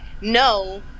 no